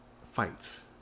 fights